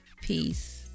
Peace